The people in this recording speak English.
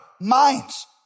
minds